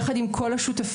יחד עם כל השותפים.